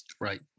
Right